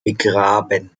begraben